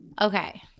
Okay